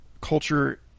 culture